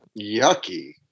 Yucky